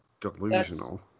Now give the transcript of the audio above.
delusional